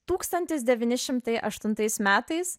tūkstantis devyni šimtai aštuntais metais